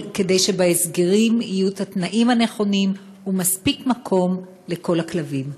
כדי שבהסגרים יהיו התנאים הנכונים ומספיק מקום לכל הכלבים.